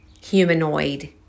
humanoid